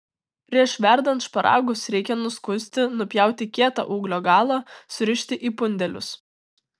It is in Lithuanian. prieš verdant šparagus reikia nuskusti nupjauti kietą ūglio galą surišti į pundelius